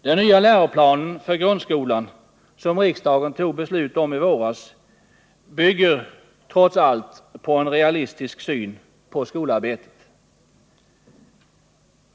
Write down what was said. Den nya läroplan för grundskolan som riksdagen fattade beslut om i våras bygger trots allt på en realistisk syn på skolarbetet.